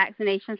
vaccinations